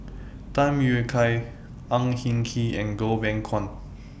Tham Yui Kai Ang Hin Kee and Goh Beng Kwan